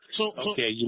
Okay